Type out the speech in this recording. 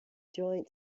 joint